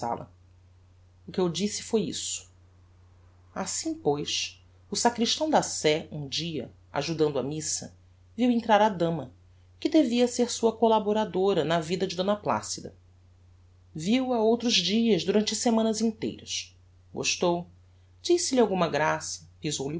sala o que eu disse foi isto assim pois o sacristão da sé um dia ajudando a missa viu entrar a dama que devia ser sua collaboradora na vida de d placida viu-a outros dias durante semanas inteiras gostou disse-lhe alguma graça